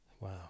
Wow